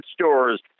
stores